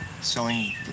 selling